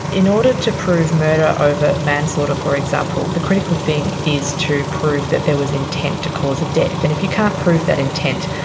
in order to prove murder over manslaughter, for example, the critical thing is to prove that there was intent to cause death. and if you can't prove that intent,